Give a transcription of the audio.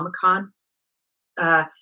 Comic-Con